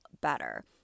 better